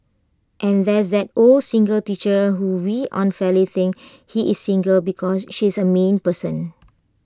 and there's that old single teacher who we unfairly think he is A single because she is A mean person